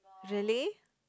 really